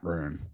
Room